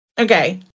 Okay